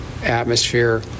atmosphere